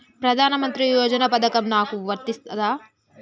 ప్రధానమంత్రి యోజన పథకం నాకు వర్తిస్తదా?